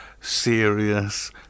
serious